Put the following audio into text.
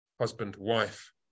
husband-wife